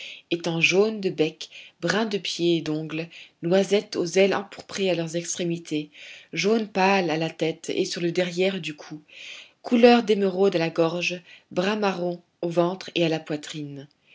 étant jaune de bec brun de pieds et d'ongles noisette aux ailes empourprées à leurs extrémités jaune pâle à la tête et sur le derrière du cou couleur d'émeraude à la gorge brun marron au ventre et à la poitrine